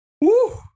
Woo